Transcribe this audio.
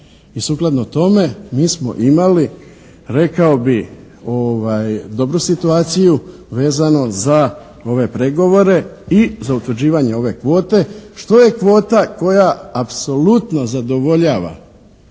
I sukladno tome mi smo imali rekao bih dobru situaciju vezano za ove pregovore i za utvrđivanje ove kvote što je kvota koja apsolutno zadovoljava